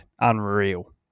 unreal